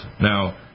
Now